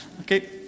Okay